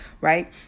right